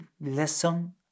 lesson